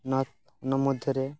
ᱚᱱᱟ ᱚᱱᱟ ᱢᱚᱫᱽᱫᱷᱮᱨᱮ